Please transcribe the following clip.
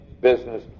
business